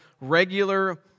regular